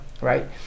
right